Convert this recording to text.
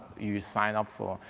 you sign up for,